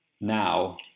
now